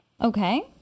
Okay